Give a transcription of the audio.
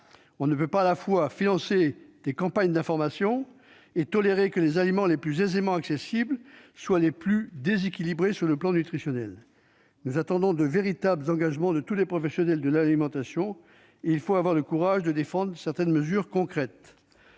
On ne peut pas à la fois financer des campagnes d'information et tolérer que les aliments les plus aisément accessibles soient les plus déséquilibrés sur le plan nutritionnel. Nous attendons de véritables engagements de tous les professionnels de l'alimentation, et il faut avoir le courage de défendre certaines mesures concrètes.